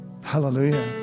Hallelujah